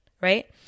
right